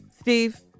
Steve